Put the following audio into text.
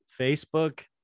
Facebook